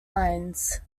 lines